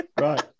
right